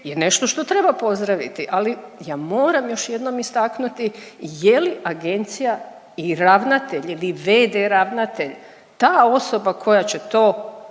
je nešto što treba pozdraviti, ali ja moram još jednom istaknuti je li agencija i ravnatelj ili v.d. ravnatelj ta osoba koja će to